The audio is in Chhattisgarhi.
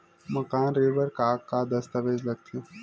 मकान ऋण बर का का दस्तावेज लगथे?